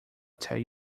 tell